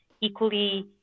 equally